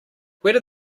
where